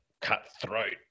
cutthroat